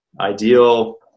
ideal